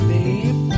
Babe